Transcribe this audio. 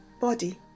body